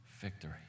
victory